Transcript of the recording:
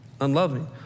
unloving